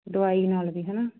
ਦਵਾਈ ਨਾਲ ਵੀ ਹੈ ਨਾ